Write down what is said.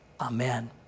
amen